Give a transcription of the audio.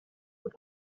elle